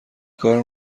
کار